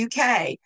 UK